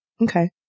Okay